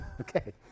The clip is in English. Okay